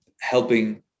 helping